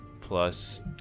plus